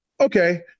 Okay